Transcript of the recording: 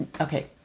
okay